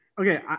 Okay